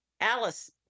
Alice